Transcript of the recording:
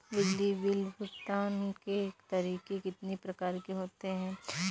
बिजली बिल भुगतान के तरीके कितनी प्रकार के होते हैं?